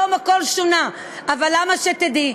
היום הכול שונה, אבל למה שתדעי?